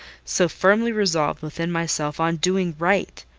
so firmly resolved within my self on doing right!